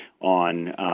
on